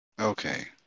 Okay